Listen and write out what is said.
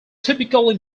typically